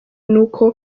nuko